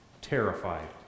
terrified